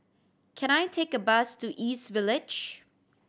can I take a bus to East Village